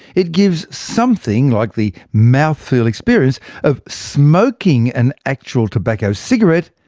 it gives something like the mouth feel experience of smoking an actual tobacco cigarette,